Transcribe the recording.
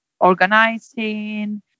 organizing